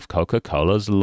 Coca-Cola's